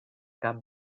cap